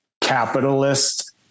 capitalist